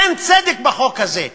אין צדק בחוק הזה.